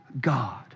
God